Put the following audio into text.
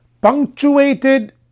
punctuated